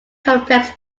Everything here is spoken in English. complex